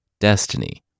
destiny